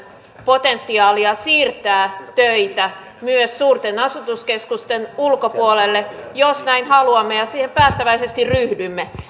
potentiaalia siirtää töitä myös suurten asutuskeskusten ulkopuolelle jos näin haluamme ja siihen päättäväisesti ryhdymme